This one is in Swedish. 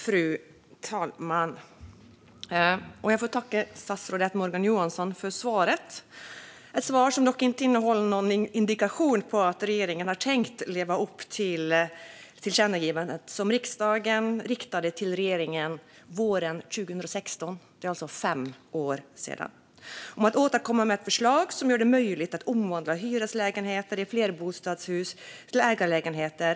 Fru talman! Jag får tacka statsrådet Morgan Johansson för svaret. Det innehåller dock inte någon indikation på att regeringen har tänkt leva upp till det tillkännagivande som riksdagen riktade till regeringen våren 2016 - det är alltså fem år sedan - om att återkomma med ett förslag som gör det möjligt att omvandla hyreslägenheter i flerbostadshus till ägarlägenheter.